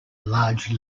large